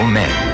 men